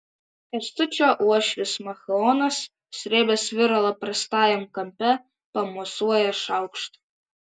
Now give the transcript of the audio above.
kęstučio uošvis machaonas srėbęs viralą prastajam kampe pamosuoja šaukštu